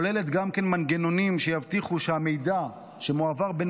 כולל גם מנגנונים שיבטיחו שהמידע שמועבר בין